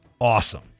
awesome